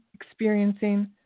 experiencing